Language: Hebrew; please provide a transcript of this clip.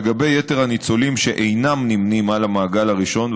לגבי יתר הניצולים שאינם נמנים עם המעגל הראשון,